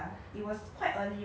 after